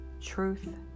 truth